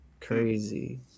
Crazy